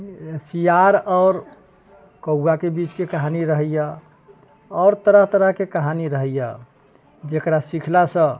सियार आओर कौवाके बीचके कहानी रहैए आओर तरह तरहके कहानी रहैए जकरा सिखलासँ